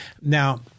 Now